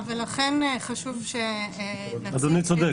אדוני צודק,